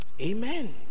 amen